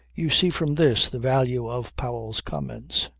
you see from this the value of powell's comments.